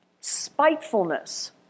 spitefulness